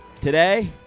today